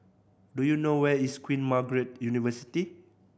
do you know where is Queen Margaret University